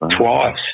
Twice